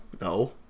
No